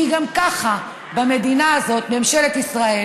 כי גם ככה במדינה הזאת ממשלת ישראל